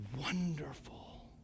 wonderful